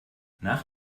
nach